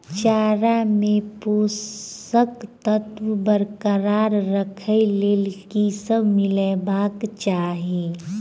चारा मे पोसक तत्व बरकरार राखै लेल की सब मिलेबाक चाहि?